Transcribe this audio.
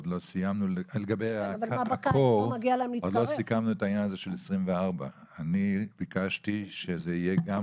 עוד לא סיכמנו את העניין הזה של 2024. אני ביקשתי שזה יהיה גם